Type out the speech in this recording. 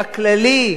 הכללי,